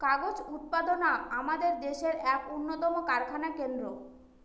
কাগজ উৎপাদনা আমাদের দেশের এক উন্নতম কারখানা কেন্দ্র